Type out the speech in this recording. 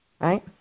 right